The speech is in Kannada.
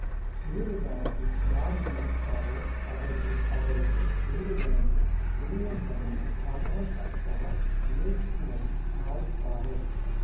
ಷೇರುದಾರರು ಯಾರು ಇರ್ತಾರೋ ಅವರಿಗೆ ಅವರಿಗೆ ಷೇರುಗಳನ್ನ ಪ್ರೀಮಿಯಂನಲ್ಲಿ ಭಾಗಶಃ ಅಥವಾ ರಿಯಾಯಿತಿನಲ್ಲಿ ಮಾರ್ತಾರೆ